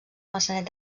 maçanet